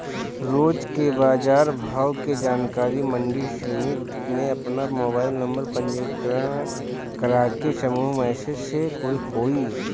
रोज के बाजार भाव के जानकारी मंडी समिति में आपन मोबाइल नंबर पंजीयन करके समूह मैसेज से होई?